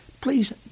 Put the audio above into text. Please